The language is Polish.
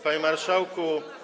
Panie Marszałku!